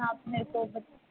ਆਪ ਮੇਰੇ ਕੋ